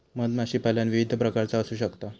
मधमाशीपालन विविध प्रकारचा असू शकता